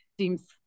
seems